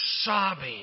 sobbing